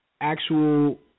actual